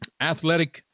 athletic